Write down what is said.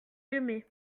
aimé